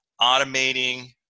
automating